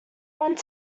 want